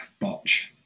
botch